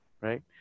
right